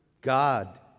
God